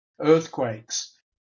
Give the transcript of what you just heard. earthquakes